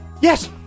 yes